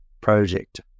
project